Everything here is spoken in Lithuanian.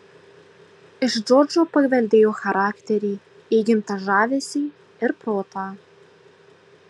iš džordžo paveldėjo charakterį įgimtą žavesį ir protą